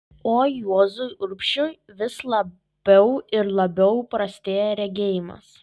o juozui urbšiui vis labiau ir labiau prastėjo regėjimas